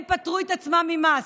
הם פטרו את עצמם ממס.